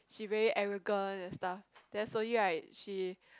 she very arrogant that stuff then slowly right she